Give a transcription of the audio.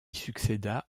succéda